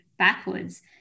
backwards